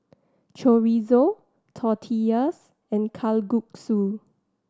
Chorizo Tortillas and Kalguksu